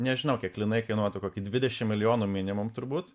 nežinau kiek lynai kainuotų kokį dvidešimt milijonų minimum turbūt